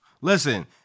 listen